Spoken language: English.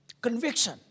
Conviction